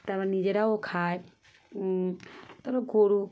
তারপর নিজেরাও খায় তারপর গরু